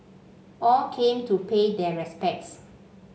all came to pay their respects